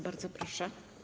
Bardzo proszę.